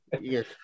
Yes